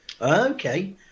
Okay